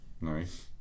Nice